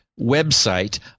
website